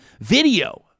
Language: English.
video